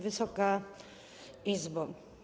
Wysoka Izbo!